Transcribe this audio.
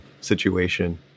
situation